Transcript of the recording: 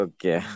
Okay